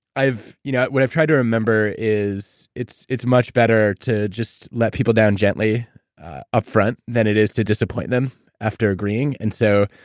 you know what i've tried to remember is, it's it's much better to just let people down gently upfront, than it is to disappoint them after agreeing. and so,